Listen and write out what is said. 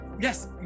yes